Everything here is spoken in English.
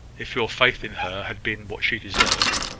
if your faith in her had been what she deserved.